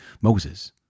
Moses